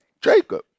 Jacob